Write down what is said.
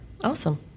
Awesome